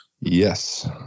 yes